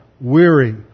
weary